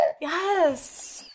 Yes